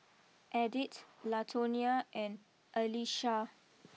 Edith Latonia and Alesha